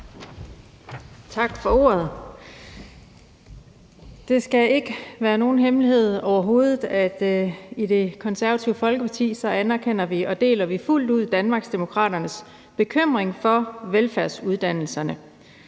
Tak for ordet. Det skal overhovedet ikke være nogen hemmelighed, at vi i Det Konservative Folkeparti fuldt ud anerkender og deler Danmarksdemokraternes bekymring for velfærdsuddannelserne.